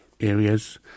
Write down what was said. areas